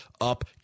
up